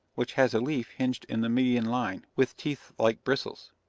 which has a leaf hinged in the median line, with teeth-like bristles.